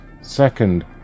Second